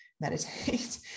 meditate